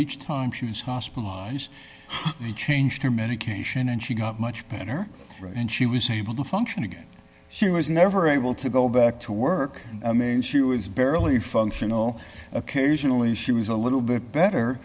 each time she was hospitalized he changed her medication and she got much better and she was able to function again she was never able to go back to work i mean she was barely functional occasionally she was a little bit better